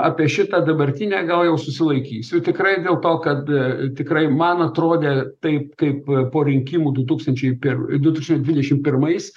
apie šitą dabartinę gal jau susilaikysiu tikrai dėl to kad tikrai man atrodė taip kaip po rinkimų du tūkstančiai pir du tūkstančiai dvidešimt pirmais